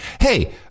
hey